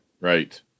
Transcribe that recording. Right